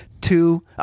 Two